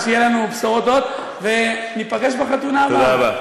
תודה רבה.